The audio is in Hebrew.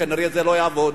כנראה זה לא יעבוד.